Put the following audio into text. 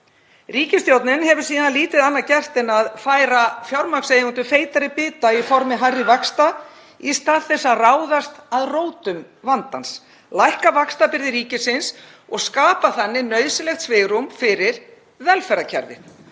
Ríkisstjórnin hefur síðan lítið annað gert en að færa fjármagnseigendum feitari bita í formi hærri vaxta í stað þess að ráðast að rótum vandans, lækka vaxtabyrði ríkisins og skapa þannig nauðsynlegt svigrúm fyrir velferðarkerfið.